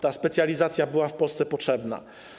Ta specjalizacja była w Polsce potrzebna.